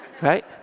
right